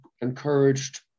encouraged